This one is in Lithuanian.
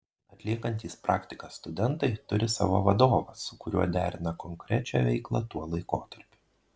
atliekantys praktiką studentai turi savo vadovą su kuriuo derina konkrečią veiklą tuo laikotarpiu